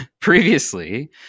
Previously